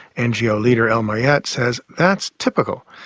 ngo leader el mayet says that's typical.